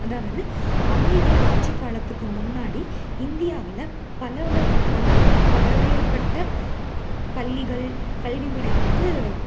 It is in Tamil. அதாவது ஆங்கிலேயர் ஆட்சி காலத்துக்கு முன்னாடி இந்தியாவில் பல வகை பல பலவேறுபட்ட பள்ளிகள் கல்விமுறை வந்து